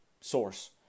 source